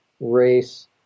race